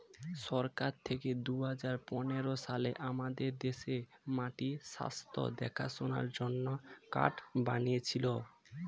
সরকার থেকে দুহাজার পনেরো সালে আমাদের দেশে মাটির স্বাস্থ্য দেখাশোনার জন্যে কার্ড বানিয়েছিলো